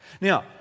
Now